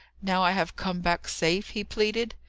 now i have come back safe? he pleaded.